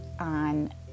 on